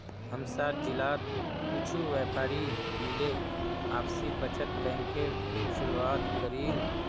हमसार जिलात कुछु व्यापारी मिले आपसी बचत बैंकेर शुरुआत करील